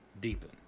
Deepen